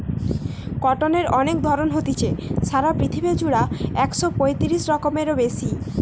কটনের অনেক ধরণ হতিছে, সারা পৃথিবী জুড়া একশ পয়তিরিশ রকমেরও বেশি